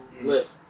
lift